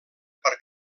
per